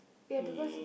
ya because